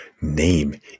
name